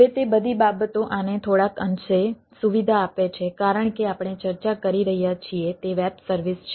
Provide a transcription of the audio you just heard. હવે તે બધી બાબતો આને થોડાક અંશે સુવિધા આપે છે કારણ કે આપણે ચર્ચા કરી રહ્યા છીએ તે વેબ સર્વિસ છે